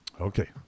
Okay